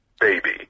Baby